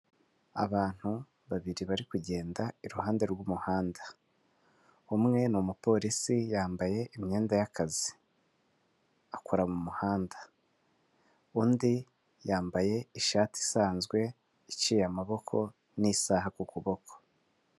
Abantu babiri bari kugenda iruhande rw'umuhanda umwe ni umupolisi yambaye imyenda y'akazi akora mu muhanda, undi yambaye ishati isanzwe iciye amaboko n'isaha ku kuboko.